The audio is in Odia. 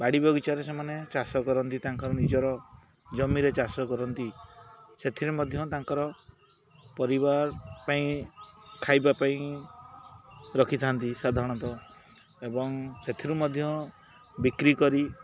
ବାଡ଼ି ବଗିଚାରେ ସେମାନେ ଚାଷ କରନ୍ତି ତାଙ୍କର ନିଜର ଜମିରେ ଚାଷ କରନ୍ତି ସେଥିରେ ମଧ୍ୟ ତାଙ୍କର ପରିବାର ପାଇଁ ଖାଇବା ପାଇଁ ରଖିଥାନ୍ତି ସାଧାରଣତଃ ଏବଂ ସେଥିରୁ ମଧ୍ୟ ବିକ୍ରି କରି